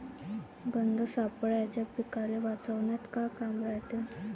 गंध सापळ्याचं पीकाले वाचवन्यात का काम रायते?